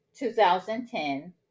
2010